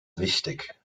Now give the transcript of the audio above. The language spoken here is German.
wichtig